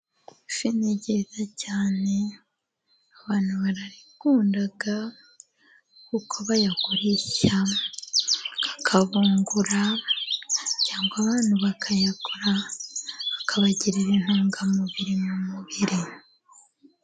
Ifi ni nziza cyane abantu barayikunda kuko bayagurisha akabungura, cyangwa abantu bakayagura, akabagirira intungamubiri mu mubiri.